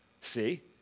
See